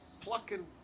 plucking